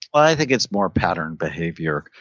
i think it's more pattern behavior.